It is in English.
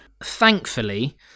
thankfully